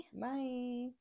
Bye